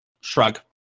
shrug